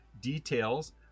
details